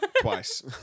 twice